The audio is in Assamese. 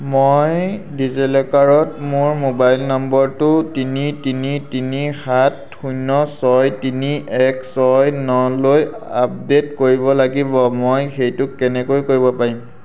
মই ডিজিলকাৰত মোৰ মোবাইল নম্বৰটো তিনি তিনি তিনি সাত শূন্য ছয় তিনি এক ছয় নলৈ আপডেট কৰিব লাগিব মই সেইটো কেনেকৈ কৰিব পাৰিম